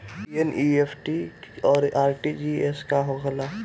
ई एन.ई.एफ.टी और आर.टी.जी.एस का होखे ला?